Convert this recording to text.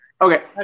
Okay